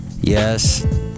Yes